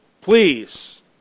please